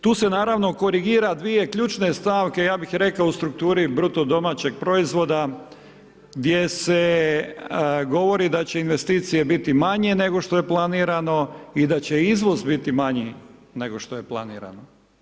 Tu se naravno korigira dvije ključne stavke, ja bih rekao u strukturi BDP-a gdje se govori da će investicije biti manje nego što je planirano i da će izvoz biti manji nego što je planirano.